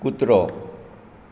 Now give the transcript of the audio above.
कुत्रो